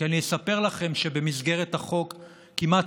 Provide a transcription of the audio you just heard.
כי אני אספר לכם שבמסגרת הכנת החוק כמעט